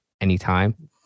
anytime